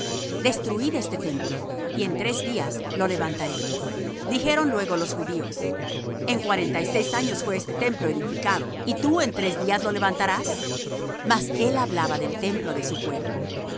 destruid este templo y en tres días lo levantaré dijeron luego los judíos en cuarenta y seis años fue este templo edificado y tú en tres días lo levantarás mas él hablaba del templo de su cuerpo